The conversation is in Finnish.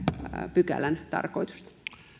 pykälän tarkoitusta